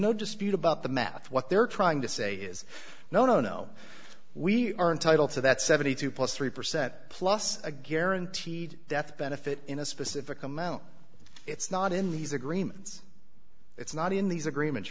no dispute about the math what they're trying to say is no no no we are entitled to that seventy two dollars plus three percent plus a guaranteed death benefit in a specific amount it's not in these agreements it's not in these agreements